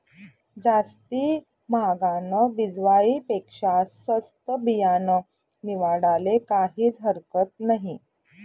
जास्ती म्हागानं बिजवाई पेक्शा सस्तं बियानं निवाडाले काहीज हरकत नही